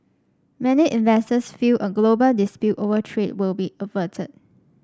many investors feel a global dispute over trade will be averted